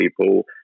people